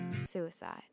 Suicide